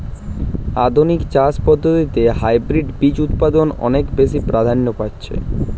আধুনিক চাষ পদ্ধতিতে হাইব্রিড বীজ উৎপাদন অনেক বেশী প্রাধান্য পাচ্ছে